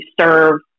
serve